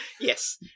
Yes